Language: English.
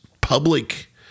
public